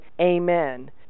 Amen